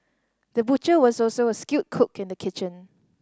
the butcher was also a skilled cook in the kitchen